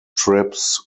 strips